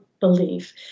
belief